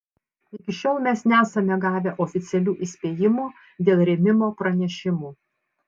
iki šiol mes nesame gavę oficialių įspėjimų dėl rėmimo pranešimų